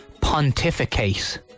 pontificate